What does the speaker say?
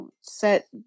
set